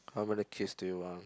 how many kids do you want